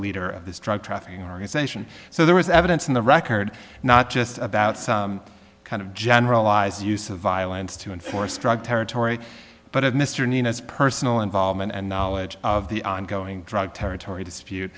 leader of this drug trafficking organization so there was evidence in the record not just about some kind of generalized use of violence to enforce drug territory but mr nina's personal involvement and knowledge of the ongoing drug territory dispute